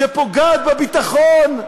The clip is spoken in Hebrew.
שפוגעת בביטחון,